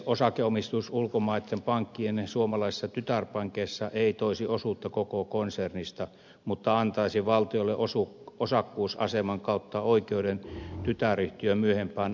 osakeomistus ulkomaisten pankkien suomalaisissa tytärpankeissa ei toisi osuutta koko konsernista mutta antaisi valtiolle osakkuusaseman kautta oikeuden tytäryhtiön myöhempään arvonnousuun